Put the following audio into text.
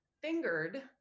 fingered